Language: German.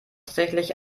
tatsächlich